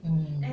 mm